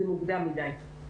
זה מוקדם מדי.